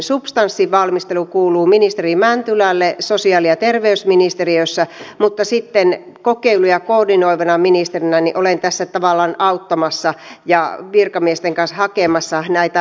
substanssin valmistelu kuuluu ministeri mäntylälle sosiaali ja terveysministeriössä mutta sitten kokeiluja koordinoivana ministerinä olen tässä tavallaan auttamassa ja virkamiesten kanssa hakemassa näitä malleja